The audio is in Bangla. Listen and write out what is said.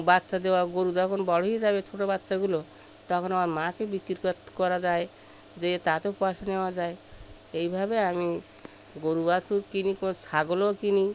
বাচ্চা দেওয়া গোরু যখন বড় হয়ে যাবে ছোটো বাচ্চাগুলো তখন আবার মাকে বিক্রি করা যায় যেয়ে তাতেও পয়সা নেওয়া যায় এইভাবে আমি গোরু বাছুর কিনি কোনো ছাগলও কিনি